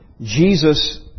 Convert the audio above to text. Jesus